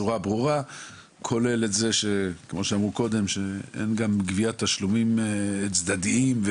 כולל את זה שאין גביית תשלומים צדדיים.